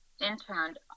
interned